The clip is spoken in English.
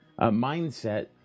mindset